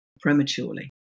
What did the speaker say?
prematurely